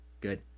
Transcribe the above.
good